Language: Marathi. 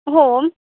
हो